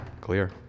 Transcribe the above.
Clear